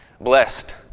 Blessed